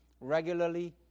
regularly